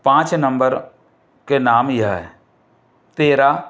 पाँच नंबर के नाम यह हैं तेरह